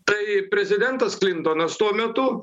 tai prezidentas klintonas tuo metu